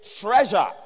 treasure